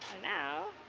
now,